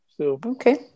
Okay